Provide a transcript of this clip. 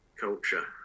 culture